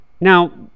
Now